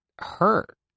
hurt